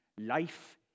life